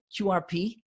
QRP